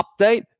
update